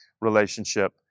relationship